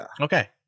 Okay